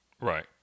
Right